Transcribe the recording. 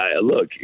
Look